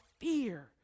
fear